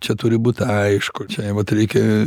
čia turi būt aišku čia vat reikia